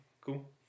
cool